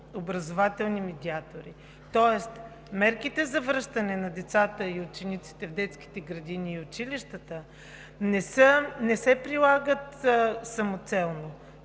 образователни медиатори. Тоест мерките за връщане на децата и учениците в детските градини и училищата не се прилагат самоцелно.